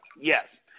Yes